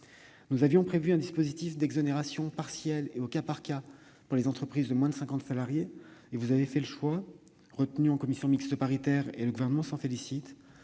Nous avions prévu un dispositif d'exonération partielle et au cas par cas pour les entreprises de moins de 50 salariés ; vous avez fait le choix, mesdames, messieurs les sénateurs, retenu en commission mixte paritaire, et le Gouvernement s'en félicite,